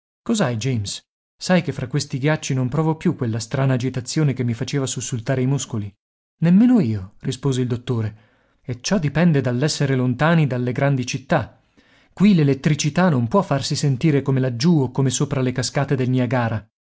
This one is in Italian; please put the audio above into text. cos'hai james sai che fra questi ghiacci non provo più quella strana agitazione che mi faceva sussultare i muscoli nemmeno io rispose il dottore e ciò dipende dall'essere lontani dalle grandi città qui l'elettricità non può farsi sentire come laggiù o come sopra le cascate del niagara